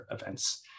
Events